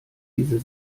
diese